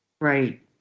Right